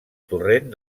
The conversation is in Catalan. torrent